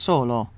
Solo